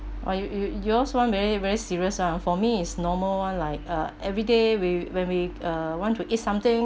or you you yours one very very serious ah for me is normal one like uh everyday we when we uh want to eat something